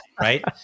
right